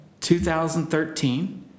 2013